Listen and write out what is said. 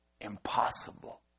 impossible